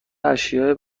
اشیاء